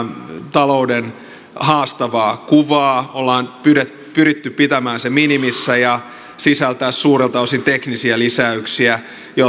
talouden haastavaa kuvaa ollaan pyritty pyritty pitämään se minimissä ja se sisältää suurelta osin teknisiä lisäyksiä